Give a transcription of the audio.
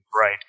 right